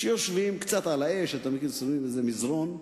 יושבים, קצת "על האש", אתה מכיר, שמים איזה מזרון.